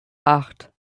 acht